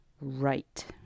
right